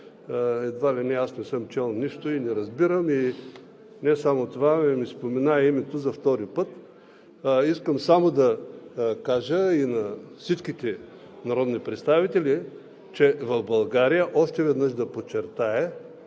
едва ли не аз не съм чел нищо и не разбирам и не само това, ами ми спомена името за втори път. Искам само да кажа и на всичките народни представители, че в България, още веднъж да подчертая,